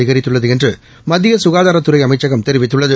அதிகரித்துள்ளது என்று மத்திய சுகாதாரத்துறை அமைச்சகம் தெரிவித்துள்ளது